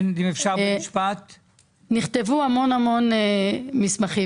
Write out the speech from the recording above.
נכתבו המון מסמכים.